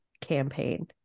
campaign